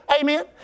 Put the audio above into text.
Amen